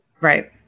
Right